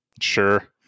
Sure